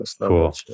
Cool